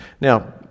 Now